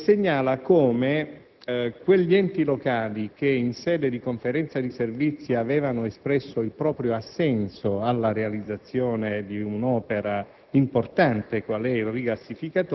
nella città di Brindisi e ha segnalato come quegli enti locali che in sede di Conferenza di servizi avevano espresso il proprio assenso alla realizzazione di un'opera